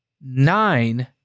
nine